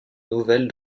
nouvelle